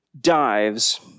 dives